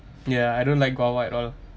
ya I don't like guava at all